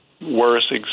worse